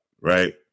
right